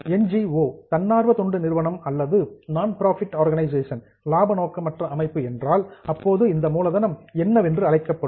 என் G O தன்னார்வ தொண்டு நிறுவனம் அல்லது ஒரு நான் புரோஃபிட் ஆர்கனைசேஷன் லாப நோக்கற்ற அமைப்பு என்றால் அப்போது இந்த மூலதனம் என்னவென்று அழைக்கப்படும்